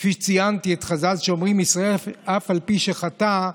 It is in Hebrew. כפי שציינתי, חז"ל אומרים: "אף על פי שחטא,